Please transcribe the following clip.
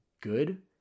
good